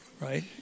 right